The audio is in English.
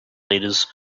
leaders